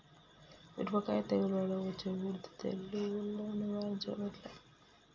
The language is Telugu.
మిరపకాయ తెగుళ్లలో వచ్చే బూడిది తెగుళ్లను నివారించడం ఎట్లా?